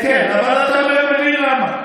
כן, כן, אבל אתה מבין למה.